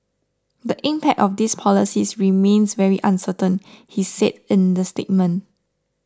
the impact of these policies remains very uncertain he said in the statement